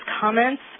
comments